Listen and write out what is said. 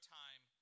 time